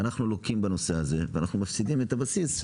ואנחנו לוקים בנושא הזה ומפסידים את הבסיס,